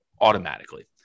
automatically